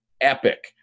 epic